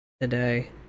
today